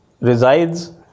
resides